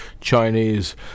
Chinese